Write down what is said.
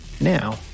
now